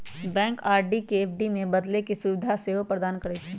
bank RD के FD में बदले के सुभीधा सेहो प्रदान करइ छइ